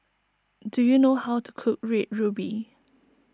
do you know how to cook Red Ruby